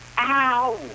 Ow